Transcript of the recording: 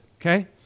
okay